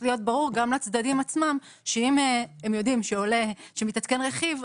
להיות ברור גם לצדדים עצמם שאם הם יודעים שמתעדכן רכיב,